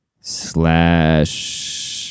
slash